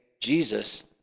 Jesus